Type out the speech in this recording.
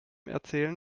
erzählen